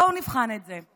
בואו נבחן את זה: